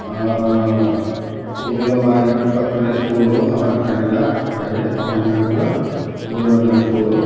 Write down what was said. స్కూల్లో మా ఇంటి పక్కనే స్కూలు అమరంకండ్రిగ మాది అమరంకండ్రిగలో ఊరిలోనే స్కూలు